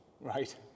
Right